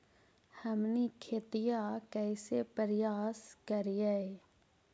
हमनी खेतीया कइसे परियास करियय?